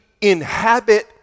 inhabit